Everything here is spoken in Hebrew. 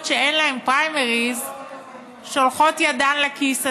שאין להן פריימריז שולחות ידם לכיס הזה.